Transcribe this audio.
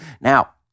Now